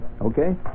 Okay